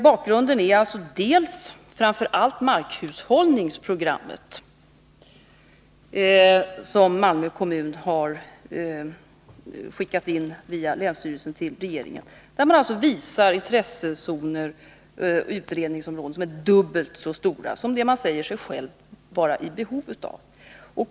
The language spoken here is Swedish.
Bakgrunden för beslutet är framför allt det markhushållningsprogram som Malmö kommun via länsstyrelsen har skickat in till regeringen, där det visas intressezoner och utredningsområden som är dubbelt så stora som kommunen själv säger sig vara i behov av.